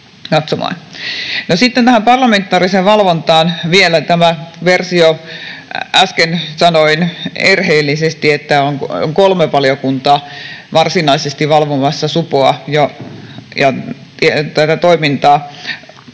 sitten tähän parlamentaariseen valvontaan vielä: Äsken sanoin erheellisesti, että on kolme valiokuntaa varsinaisesti valvomassa supoa ja tätä toimintaa.